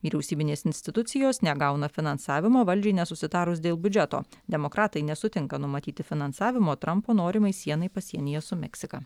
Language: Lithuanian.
vyriausybinės institucijos negauna finansavimo valdžiai nesusitarus dėl biudžeto demokratai nesutinka numatyti finansavimo trampo norimai sienai pasienyje su meksika